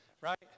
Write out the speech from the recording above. right